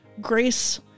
grace